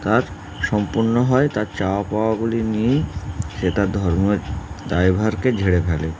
তার সম্পূর্ণ হয় তার চা পাওয়াগুলি নিয়েই সে তার ধর্মের ড্রাইভারকে ঝেড়ে ফেলে